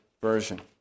Version